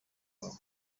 wabo